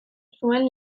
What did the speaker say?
zuen